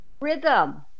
Rhythm